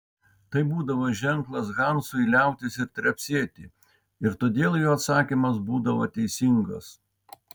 tai būdavo ženklas hansui liautis trepsėti ir todėl jo atsakymas būdavo teisingas